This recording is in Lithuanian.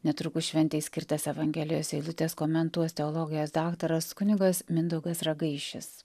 netrukus šventei skirtas evangelijos eilutės komentuos teologijos daktaras kunigas mindaugas ragaišis